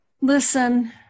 listen